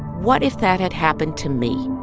what if that had happened to me?